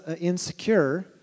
insecure